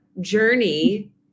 journey